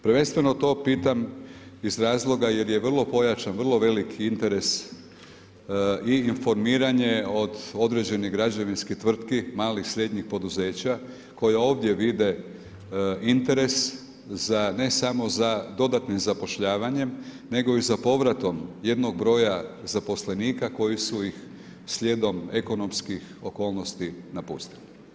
Prvenstveno to pitam, iz razloga jer je vrlo pojačan, vrlo veliki interes i informiranje od određenih građevinskih tvrtki, malih, srednjih poduzeća, koje ovdje vide interes za ne samo za dodatnim zapošljavanjem, nego i za povratom jednog broja zaposlenika, koji su ih slijedom ekonomskih okolnosti napustili.